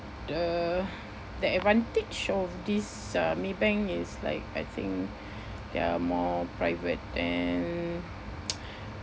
the the advantage of this uh Maybank is like I think they're more private and